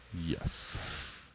Yes